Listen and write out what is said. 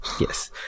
Yes